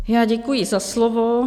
Já děkuji za slovo.